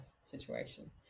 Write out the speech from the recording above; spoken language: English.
situation